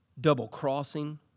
Double-crossing